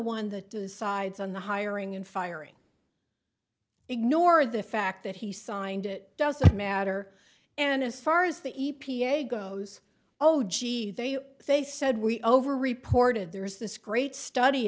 one that decides on the hiring and firing ignore the fact that he signed it doesn't matter and as far as the e p a goes oh gee they they said we over reported there was this great study